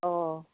अह